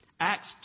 Acts